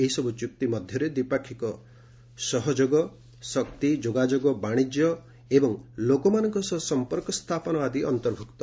ଏହିସବୁ ଚୁକ୍ତି ମଧ୍ୟରେ ଦ୍ୱିପାକ୍ଷିକ ସହଯୋଗ ବିଶେଷକ ଯୋଗାଯୋଗ ଶକ୍ତି ବାଶିଜ୍ୟ ଏବଂ ଲୋକମାନଙ୍କ ସହ ସମ୍ପର୍କ ସ୍ଥାପନ ଅର୍ନ୍ତଭୁକ୍ତ